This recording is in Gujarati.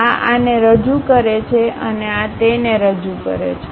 આ આને રજૂ કરે છે અને આ તેને રજૂ કરે છે